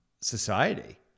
society